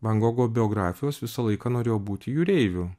van gogo biografijos visą laiką norėjau būti jūreiviu